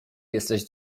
jesteś